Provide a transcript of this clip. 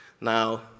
Now